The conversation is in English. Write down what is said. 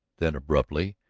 then, abruptly,